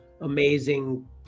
amazing